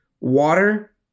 Water